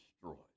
destroyed